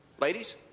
ladies